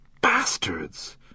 bastards